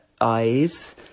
eyes